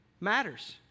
matters